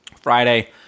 friday